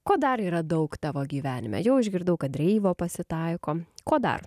ko dar yra daug tavo gyvenime jau išgirdau kad reivo pasitaiko ko dar